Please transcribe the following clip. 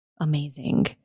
amazing